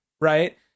Right